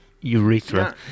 urethra